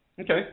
Okay